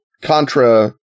contra